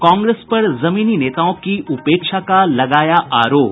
कांग्रेस पर जमीनी नेताओं की उपेक्षा का लगाया आरोप